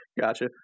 Gotcha